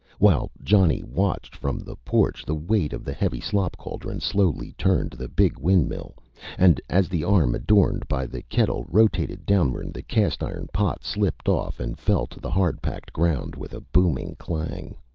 while johnny watched from the porch, the weight of the heavy slop cauldron slowly turned the big windmill and as the arm adorned by the kettle rotated downward, the cast-iron pot slipped off and fell to the hard-packed ground with a booming clang.